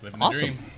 Awesome